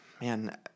man